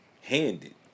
handed